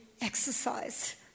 exercise